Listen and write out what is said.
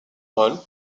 roll